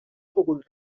pogut